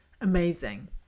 Amazing